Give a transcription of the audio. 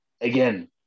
Again